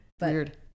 Weird